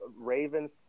Ravens